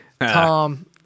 Tom